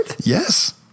Yes